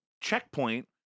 checkpoint